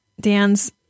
Dan's